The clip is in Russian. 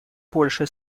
больше